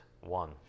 one